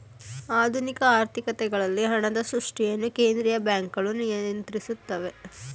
ಆಧುನಿಕ ಆರ್ಥಿಕತೆಗಳಲ್ಲಿ ಹಣದ ಸೃಷ್ಟಿಯನ್ನು ಕೇಂದ್ರೀಯ ಬ್ಯಾಂಕ್ಗಳು ನಿಯಂತ್ರಿಸುತ್ತೆ